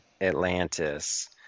Atlantis